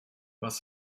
was